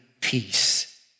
peace